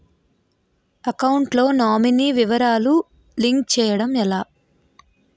Account లో nominee వివరాలు link చేయటం ఎలా?